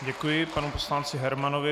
Děkuji panu poslanci Hermanovi.